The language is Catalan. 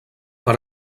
per